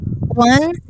One